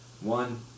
one